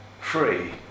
free